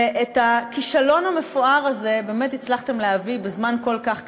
ואת הכישלון המפואר הזה באמת הצלחתם להביא בזמן כל כך קצר.